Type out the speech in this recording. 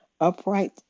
Upright